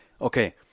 Okay